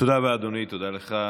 תודה רבה, אדוני, תודה לך.